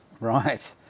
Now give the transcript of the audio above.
right